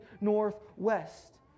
Northwest